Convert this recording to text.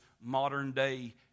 modern-day